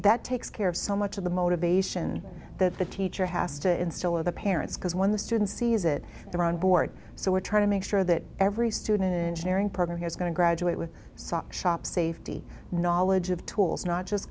that takes care of so much of the motivation that the teacher has to instill of the parents because when the student sees it they're on board so we're trying to make sure that every student in sharing program is going to graduate with sock shop safety knowledge of tools not just